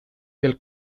del